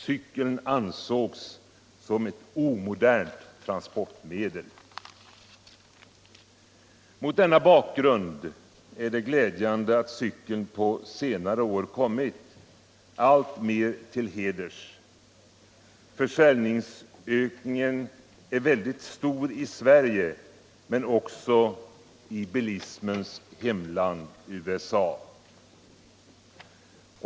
Cykeln ansågs som ett omodernt transportmedel. Mot denna bakgrund är det glädjande att cykeln på senare år kommit alltmer till heders. Försäljningsökningen är väldigt stor i Sverige men också i bilismens hemland USA.